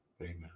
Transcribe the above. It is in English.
Amen